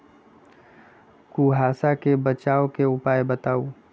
कुहासा से बचाव के उपाय बताऊ?